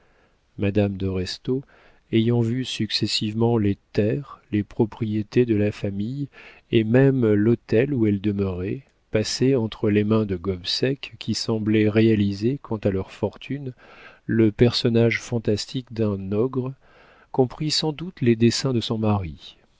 madame de restaud ayant vu successivement les terres les propriétés de la famille et même l'hôtel où elle demeurait passer entre les mains de gobseck qui semblait réaliser quant à leur fortune le personnage fantastique d'un ogre comprit sans doute les desseins de son mari